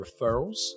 referrals